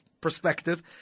perspective